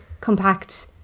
compact